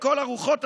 לכל הרוחות,